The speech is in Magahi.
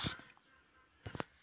बिचन के नाम की छिये?